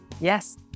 Yes